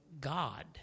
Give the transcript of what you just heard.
God